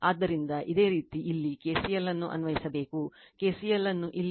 ಆದ್ದರಿಂದ ಇದೇ ರೀತಿ ಇಲ್ಲಿ KCL ಅನ್ನು ಅನ್ವಯಿಸಬೇಕು KCL ಅನ್ನು ಇಲ್ಲಿ ಅನ್ವಯಿಸಬೇಕು